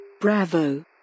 Bravo